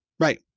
Right